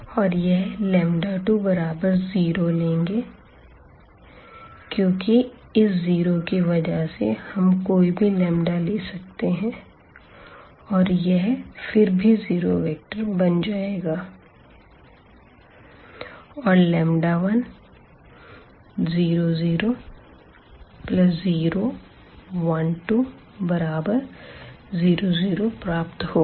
और यह 2 बराबर 0 लेंगे क्योंकि इस जीरो की वजह से हम कोई भी लंबदा ले सकते हैं और यह फिर भी जीरो वेक्टर बन जाएगा और 10001200प्राप्त होगा